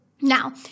Now